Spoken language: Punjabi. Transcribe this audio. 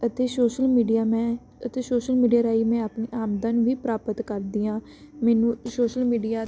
ਅਤੇ ਸੋਸ਼ਲ ਮੀਡੀਆ ਮੈਂ ਅਤੇ ਸੋਸ਼ਲ ਮੀਡੀਆ ਰਾਹੀਂ ਮੈਂ ਆਪਣੀ ਆਮਦਨ ਵੀ ਪ੍ਰਾਪਤ ਕਰਦੀ ਹਾਂ ਮੈਨੂੰ ਸੋਸ਼ਲ ਮੀਡੀਆ